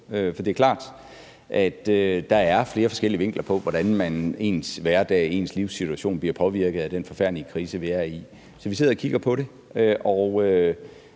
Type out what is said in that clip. For det er klart, at der er flere forskellige vinkler på, hvordan ens hverdag, ens livssituation bliver påvirket af den forfærdelige krise, vi er i. Så vi sidder og kigger på det,